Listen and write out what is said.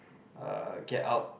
uh Get-Out